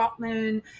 Gottman